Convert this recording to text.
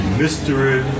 mystery